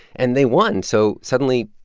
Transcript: and they won, so suddenly,